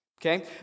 Okay